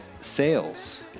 sales